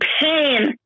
pain